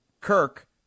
Kirk